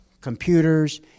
computers